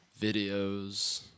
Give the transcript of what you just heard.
Videos